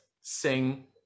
sing